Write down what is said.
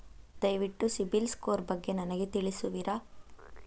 ದಯವಿಟ್ಟು ಸಿಬಿಲ್ ಸ್ಕೋರ್ ಬಗ್ಗೆ ನನಗೆ ತಿಳಿಸುವಿರಾ?